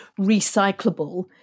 recyclable